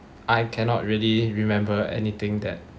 I cannot really remember anything that